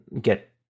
get